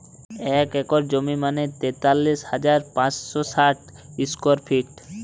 এক একর জমি মানে তেতাল্লিশ হাজার পাঁচশ ষাট স্কোয়ার ফিট